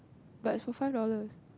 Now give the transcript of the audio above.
but it's for five dollars